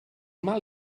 mal